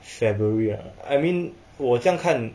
february ah I mean 我这样看